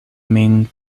min